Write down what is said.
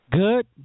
Good